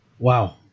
Wow